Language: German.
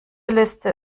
liste